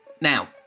Now